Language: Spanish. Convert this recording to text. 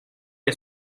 que